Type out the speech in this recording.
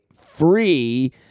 free